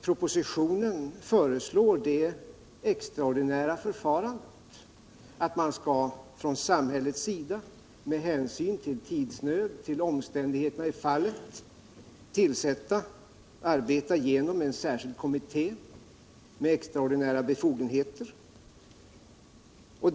Propositionen föreslår det extraordinära förfarandet att man från samhällets sida — med hänsyn till tidsnöd och till omständigheterna i fallet — skall arbeta genom en särskild kommitté med speciella befogenheter.